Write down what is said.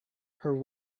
her